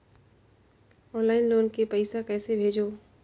Online loan के पईसा कइसे भेजों?